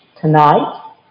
tonight